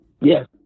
Yes